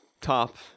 top